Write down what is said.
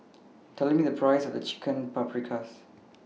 Tell Me The Price of Chicken Paprikas